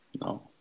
No